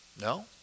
No